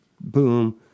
boom